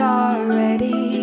already